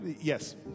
Yes